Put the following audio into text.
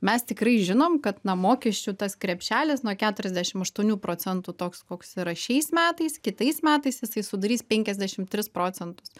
mes tikrai žinom kad na mokesčių tas krepšelis nuo keturiasdešimt aštuonių procentų toks koks yra šiais metais kitais metais jisai sudarys penkiasdešimt tris procentus